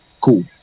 Cool